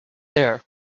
there